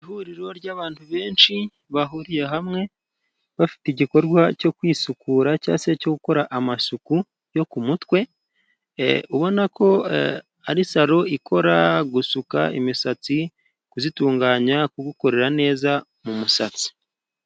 Ihuriro ry'abantu benshi bahuriye hamwe. Bafite igikorwa cyo kwisukura cyangwa se cyo gukora amasuku yo ku mutwe. Ubona ko ari salo ikora gusuka imisatsi, kuyitunganya, kugukorera neza mu musatsi.